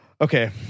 Okay